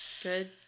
Good